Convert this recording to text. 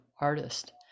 artist